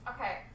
Okay